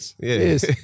yes